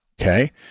okay